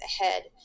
ahead